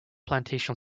plantation